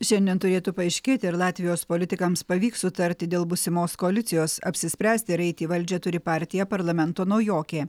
šiandien turėtų paaiškėt ar latvijos politikams pavyks sutarti dėl būsimos koalicijos apsispręsti ar eit į valdžią turi partija parlamento naujokė